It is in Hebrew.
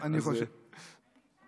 אני תמיד